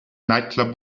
nightclub